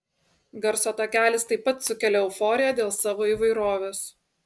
garso takelis taip pat sukelia euforiją dėl savo įvairovės